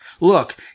Look